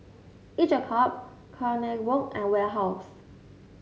each a cup Kronenbourg and Warehouse